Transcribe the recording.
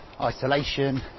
isolation